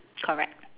correct